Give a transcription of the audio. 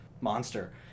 monster